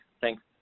Thanks